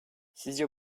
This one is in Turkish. sizce